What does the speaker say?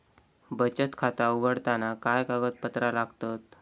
बचत खाता उघडताना काय कागदपत्रा लागतत?